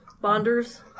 Bonders